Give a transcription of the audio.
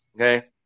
okay